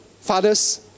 fathers